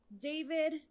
David